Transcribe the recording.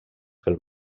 pel